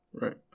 Right